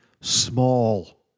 small